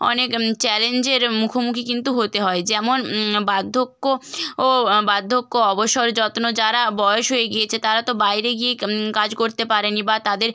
অনেক চ্যালেঞ্জের মুখোমুখি কিন্তু হতে হয় যেমন বার্ধক্য ও বার্ধক্য অবসর যত্ন যারা বয়স হয়ে গিয়েছে তারা তো বাইরে গিয়ে কাজ করতে পারে না বা তাদের